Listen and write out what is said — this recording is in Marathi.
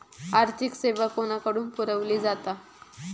आर्थिक सेवा कोणाकडन पुरविली जाता?